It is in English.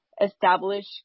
establish